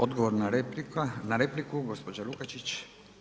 Odgovor na repliku, gospođa Lukačić.